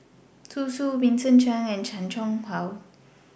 Zhu Xu Vincent Cheng and Chan Chang How